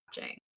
watching